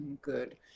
Good